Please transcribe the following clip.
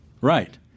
right